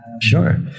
Sure